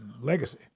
legacy